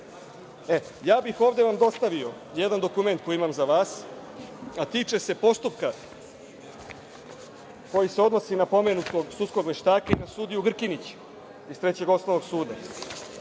bih vam ovde dostavio jedan dokument koji imam za vas, a tiče se postupka koji se odnosi na pomenutog sudskog veštaka i na sudiju Grkinić iz Trećeg osnovnog suda.